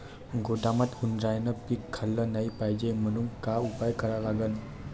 गोदामात उंदरायनं पीक खाल्लं नाही पायजे म्हनून का उपाय करा लागन?